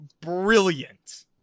brilliant